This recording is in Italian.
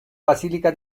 basilica